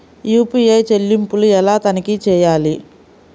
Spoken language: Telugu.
యూ.పీ.ఐ చెల్లింపులు ఎలా తనిఖీ చేయాలి?